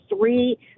three